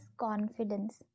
confidence